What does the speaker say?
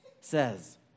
says